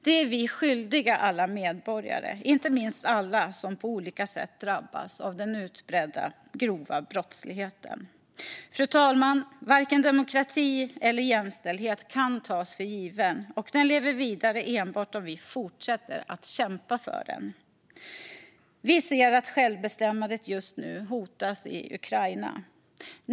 Det är vi skyldiga alla medborgare, inte minst alla dem som på olika sätt drabbas av den utbredda grova brottsligheten. Fru talman! Varken demokrati eller jämställdhet kan tas för given, och den lever vidare enbart om vi fortsätter att kämpa för den. Vi ser att självbestämmandet just nu hotas i Ukraina.